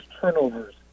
turnovers